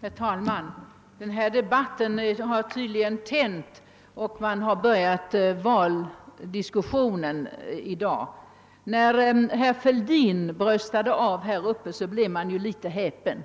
Herr talman! Den här debatten har tydligen tänt ledamöterna, och man har tydligen börjat valdiskussionen. När herr Fälldin bröstade av blev man litet häpen.